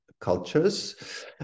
cultures